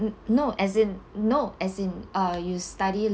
no as in no as in uh you study